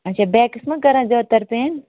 اچھا بیکس ما کران زیادٕ تر پین